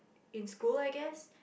in school I guess